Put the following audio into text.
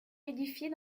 édifiés